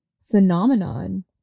phenomenon